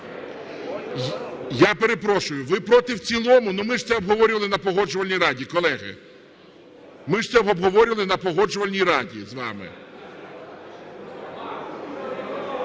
Я перепрошую, ви проти в цілому? Ну, ми ж це обговорювали на Погоджувальній раді, колеги! Ми ж це обговорювали на Погоджувальній раді з вами.